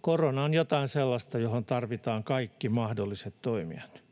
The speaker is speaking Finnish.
Korona on jotain sellaista, johon tarvitaan kaikki mahdolliset toimijat.